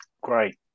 great